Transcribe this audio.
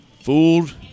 fooled